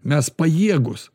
mes pajėgūs